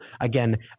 again